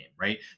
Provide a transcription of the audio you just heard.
right